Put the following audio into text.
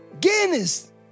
Guinness